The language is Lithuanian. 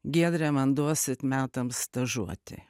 giedrę man duosit metams stažuotei